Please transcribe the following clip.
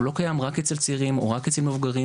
הוא לא קיים רק אצל צעירים או רק אצל מבוגרים.